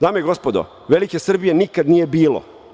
Dame i gospodo, velike Srbije nikada nije bilo.